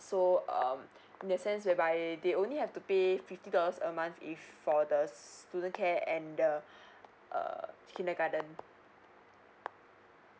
so um in the sense whereby they only have to pay fifty dollars a month if for the student care and the uh kindergarten